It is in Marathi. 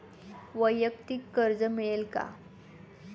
वैयक्तिक कर्ज मिळेल का?